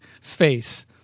face